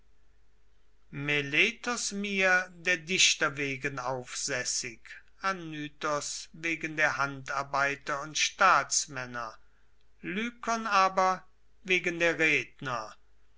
meletos mir der dichter wegen aufsässig anytos wegen der handarbeiter und staatsmänner lykon aber wegen der redner